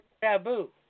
Taboo